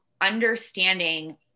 understanding